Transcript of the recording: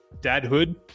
dadhood